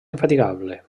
infatigable